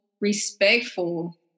respectful